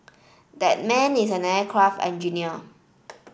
that man is an aircraft engineer